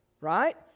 Right